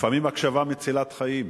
לפעמים הקשבה מצילת חיים.